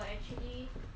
想当年呢